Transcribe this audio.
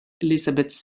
elizabeth